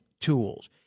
tools